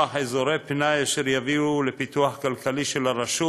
אזורי פנאי אשר יביאו לפיתוח כלכלי של הרשות.